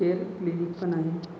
care clinic पण आहे